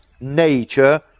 nature